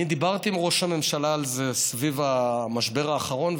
אני דיברתי עם ראש הממשלה על זה סביב המשבר האחרון,